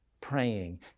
praying